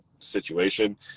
situation